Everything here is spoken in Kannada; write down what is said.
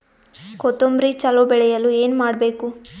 ಕೊತೊಂಬ್ರಿ ಚಲೋ ಬೆಳೆಯಲು ಏನ್ ಮಾಡ್ಬೇಕು?